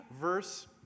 verse